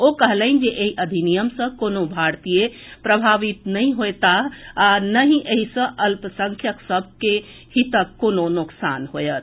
ओ कहलनि जे एहि अधिनियम सँ कोनो भारतीय प्रभावित नहि होएताह आ नहि एहि सँ अल्पसंख्यक सभक हितक कोनो नोकसान होएत